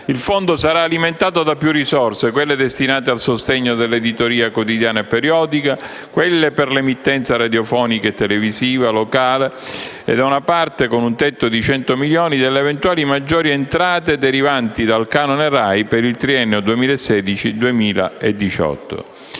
Il Fondo sarà alimentato da più risorse: quelle destinate al sostegno dell'editoria quotidiana e periodica, quelle per l'emittenza radiofonica e televisiva locale e da una parte (con un tetto di 100 milioni di euro) delle eventuali maggiori entrate derivanti dal canone RAI per il triennio 2016-2018.